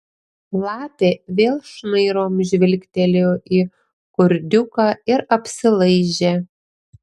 lapė vėl šnairom žvilgtelėjo į kurdiuką ir apsilaižė